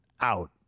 out